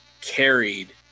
carried